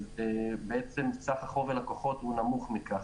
ובעצם סך החוב ללקוחות הוא נמוך מכך.